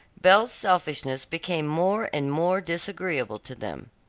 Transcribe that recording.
belle's selfishness became more and more disagreeable to them.